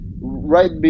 right